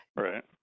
Right